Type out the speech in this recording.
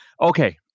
okay